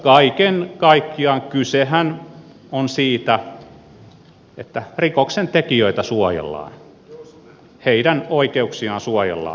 kaiken kaikkiaan kysehän on siitä että rikoksentekijöitä suojellaan heidän oikeuksiaan suojellaan